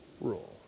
rule